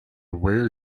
rare